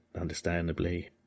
understandably